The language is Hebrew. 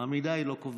את המידה היא לא קובעת,